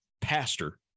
pastor